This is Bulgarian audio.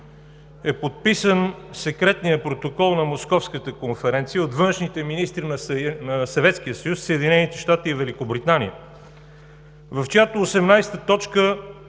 е подписан Секретният протокол на Московската конференция от външните министри на Съветския съюз, Съединените щати и Великобритания, в чиято 18-а точка